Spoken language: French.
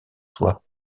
soi